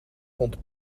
vond